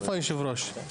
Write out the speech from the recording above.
איפה היושב ראש?